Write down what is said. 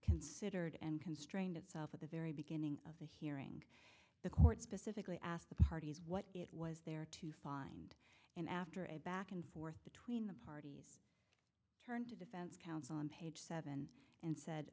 considered and constrained itself at the very beginning of the hearing the court specifically asked the parties what it was there to find and after a back and forth between the parties turned to defense counsel on page seven and said